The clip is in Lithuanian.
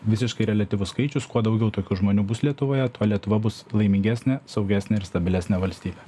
visiškai reliatyvus skaičius kuo daugiau tokių žmonių bus lietuvoje tuo lietuva bus laimingesnė saugesnė ir stabilesnė valstybė